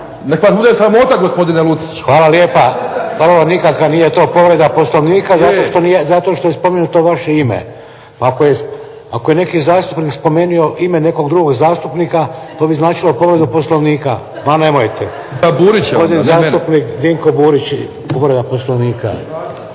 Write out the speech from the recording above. Nek vas bude sramota gospodine Lucić. **Šeks, Vladimir (HDZ)** Hvala lijepa. Ovo nikakav, nije to povreda Poslovnika, zato što je spomenuto vaše ime. Ako je neki zastupnik spomenuo ime nekog drugog zastupnika, to bi značilo povredu Poslovnika. Ma nemojte. Gospodin zastupnik Dinko Burić, povreda Poslovnika.